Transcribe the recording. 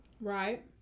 Right